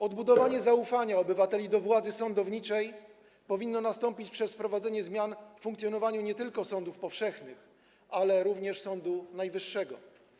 Odbudowanie zaufania obywateli do władzy sądowniczej powinno nastąpić przez wprowadzenie zmian w funkcjonowaniu nie tylko sądów powszechnych, ale również Sądu Najwyższego.